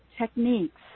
techniques